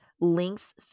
links